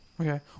Okay